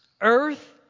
Earth